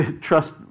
trust